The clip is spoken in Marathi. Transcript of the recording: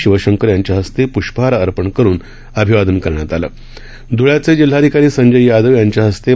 शिवशंकर यांच्या हस्ते प्ष्पहार अर्पण करून अभिवादन करण्यात आलं धूळे जिल्हाधिकारी संजय यादव यांच्या हस्ते डॉ